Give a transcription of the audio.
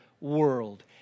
world